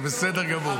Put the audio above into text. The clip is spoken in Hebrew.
זה בסדר גמור.